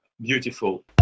beautiful